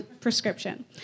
prescription